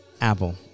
Apple